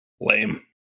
lame